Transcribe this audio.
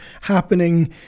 happening